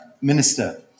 Minister